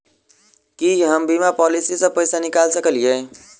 की हम बीमा पॉलिसी सऽ पैसा निकाल सकलिये?